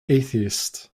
atheist